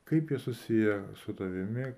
kaip jie susiję su tavimi